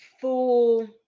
full